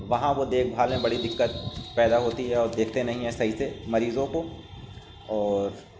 وہاں وہ دیکھ بھال میں بڑی دقت پیدا ہوتی ہے اور دیکھتے نہیں ہیں صحیح سے مریضوں کو اور